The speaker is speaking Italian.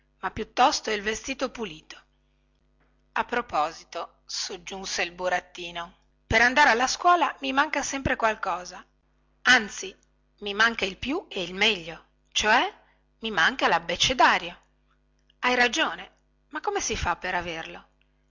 ma è piuttosto il vestito pulito a proposito soggiunse il burattino per andare alla scuola mi manca sempre qualcosa anzi mi manca il più e il meglio ioè i manca labbecedario hai ragione ma come si fa per averlo